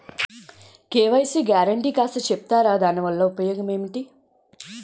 KYC guarantee కాస్త చెప్తారాదాని వల్ల ఉపయోగం ఎంటి?